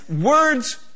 Words